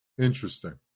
Interesting